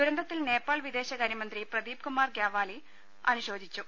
ദുരന്തത്തിൽ നേപ്പാൾ വിദേശകാര്യ മന്ത്രി പ്രദീപ് കുമാർ ഗ്യാവാലി അനുശോചിച്ചു